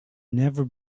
never